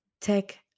take